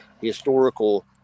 historical